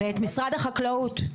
ואת משרד החקלאות.